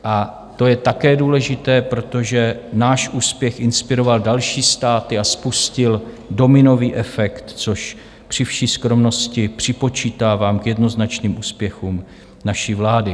A to je také důležité, protože náš úspěch inspiroval další státy a spustil dominový efekt, což při vší skromnosti připočítávám k jednoznačným úspěchům naší vlády.